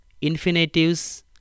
Infinitives